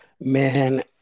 man